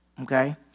okay